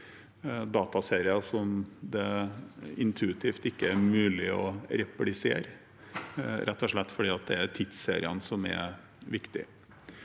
dataserier det intuitivt ikke er mulig å replisere, rett og slett fordi det er tidsseriene som er viktige.